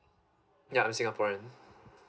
yeah I'm singaporean